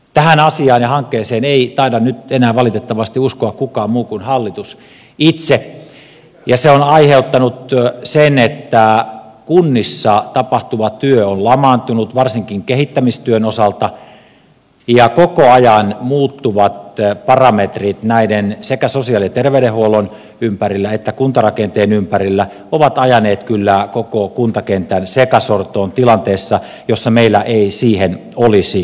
tähän asiaan ja hankkeeseen ei taida nyt enää valitettavasti uskoa kukaan muu kuin hallitus itse ja se on aiheuttanut sen että kunnissa tapahtuva työ on lamaantunut varsinkin kehittämistyön osalta ja koko ajan muuttuvat parametrit sekä sosiaali ja terveydenhuollon ympärillä että kuntarakenteen ympärillä ovat ajaneet kyllä koko kuntakentän sekasortoon tilanteessa jossa meillä ei siihen olisi varaa